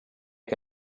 che